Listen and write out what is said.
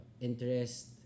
interest